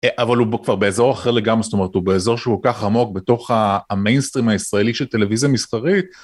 אבל הוא כבר באזור אחר לגמרי, זאת אומרת הוא באזור שהוא כל כך עמוק בתוך המיינסטרים הישראלי של טלוויזיה מסחרית.